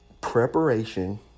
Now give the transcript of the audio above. preparation